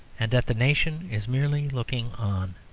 and that the nation is merely looking on.